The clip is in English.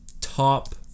top